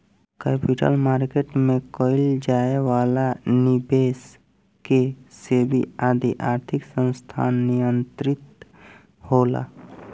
capital market में कईल जाए वाला निबेस के सेबी आदि आर्थिक संस्थान नियंत्रित होला